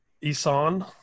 isan